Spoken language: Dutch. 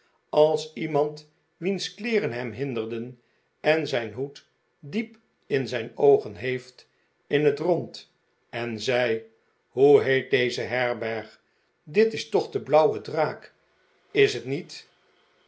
als iemand wiens kleeren hem hinderen eh die zijn hoed diep in zijn oogen heeft in het rond en zei hoe heet deze herberg dit is toch de draak is r t niet